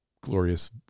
glorious